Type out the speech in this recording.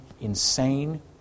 insane